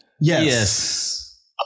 yes